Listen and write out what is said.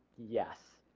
yes.